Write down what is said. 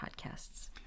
podcasts